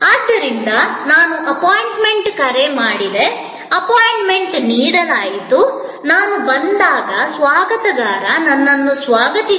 ಆದ್ದರಿಂದ ನಾನು ಅಪಾಯಿಂಟ್ಮೆಂಟ್ಗೆ ಕರೆ ಮಾಡಿದೆ ಅಪಾಯಿಂಟ್ಮೆಂಟ್ ನೀಡಲಾಯಿತು ನಾನು ಬಂದಾಗ ಸ್ವಾಗತಕಾರ ನನ್ನನ್ನು ಸ್ವಾಗತಿಸಿದರು